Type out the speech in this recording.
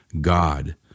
God